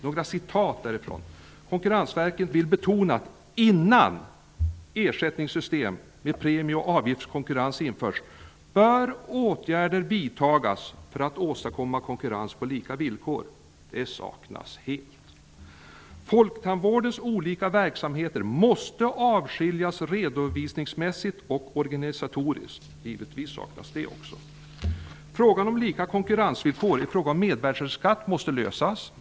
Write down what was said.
Några synpunkter: -- Konkurrensverket vill betona, att innan ersättningssystem med premie och avgiftskonkurrens införs, bör åtgärder vidtagas för att åstadkomma konkurrens på lika villkor. Det saknas helt. -- Folktandvårdens olika verksamheter måste avskiljas redovisningsmässigt och organisatoriskt. Givetvis saknas också detta. -- Frågan om lika konkurrensvillkor i fråga om mervärdesskatt måste lösas.